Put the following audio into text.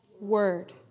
Word